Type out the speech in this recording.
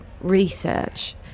research